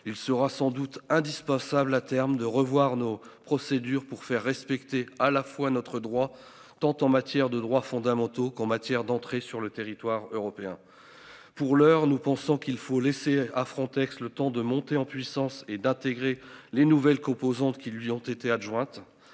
Il sera sans doute indispensable à terme de revoir nos procédures pour faire respecter à la fois notre droit, tant en matière de droits fondamentaux qu'en matière d'entrée sur le territoire européen. Pour l'heure, nous pensons qu'il faut laisser à Frontex. Le temps de monter en puissance et d'intégrer les nouvelles composantes qui lui ont été adjointe